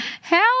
Help